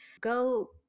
go